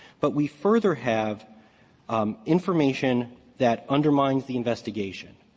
but we further have information that undermines the investigation.